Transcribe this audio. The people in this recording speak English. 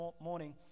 morning